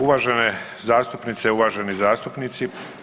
Uvažene zastupnice, uvaženi zastupnici.